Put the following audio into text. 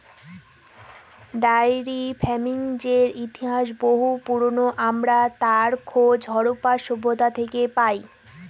diary ফার্মিংয়ের ইতিহাস বহু পুরোনো, আমরা তার খোঁজ হরপ্পা সভ্যতা থেকে পাই